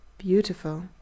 beautiful